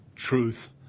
truth